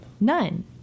none